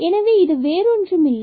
எனவே இது வேறொன்றுமில்லை